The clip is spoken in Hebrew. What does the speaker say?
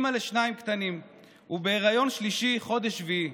אימא לשניים קטנים ובהיריון שלישי בחודש שביעי.